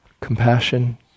compassion